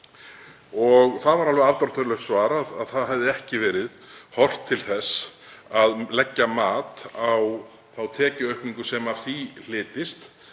Það var alveg afdráttarlaust svarað að það hefði ekki verið horft til þess að leggja mat á þá tekjuaukningu sem af því hlytist